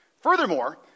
Furthermore